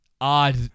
odd